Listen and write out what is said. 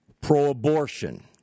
pro-abortion